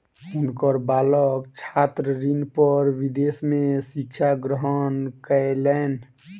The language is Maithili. हुनकर बालक छात्र ऋण पर विदेश में शिक्षा ग्रहण कयलैन